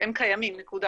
הם קיימים, נקודה